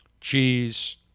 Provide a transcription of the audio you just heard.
cheese